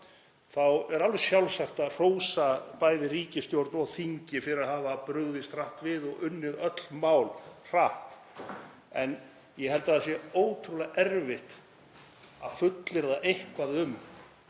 þá er alveg sjálfsagt að hrósa bæði ríkisstjórn og þingi fyrir að hafa brugðist hratt við og unnið öll mál hratt. En ég held að það sé ótrúlega erfitt að fullyrða eitthvað um að